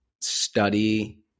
study